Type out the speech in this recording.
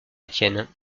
étienne